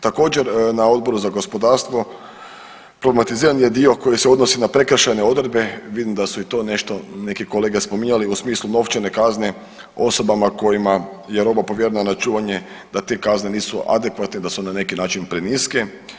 Također na Odboru za gospodarstvo problematiziran je dio koji se odnosi na prekršajne odredbe, vidim da su i to neki kolege spominjali u smislu novčane kazne osobama kojima je roba povjerenja na čuvanje da te kazne nisu adekvatne, da su na neki način preniske.